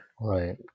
Right